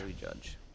judge